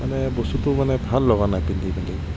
মানে বস্তুটো মানে ভাল লগা নাই পিন্ধি